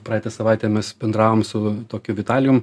praeitą savaitę mes bendravom su tokiu vitalijum